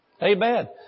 Amen